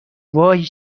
وای